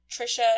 Trisha